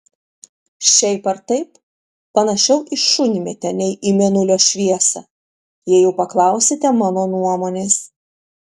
šiaip ar taip panašiau į šunmėtę nei į mėnulio šviesą jei jau paklausite mano nuomonės